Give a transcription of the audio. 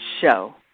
show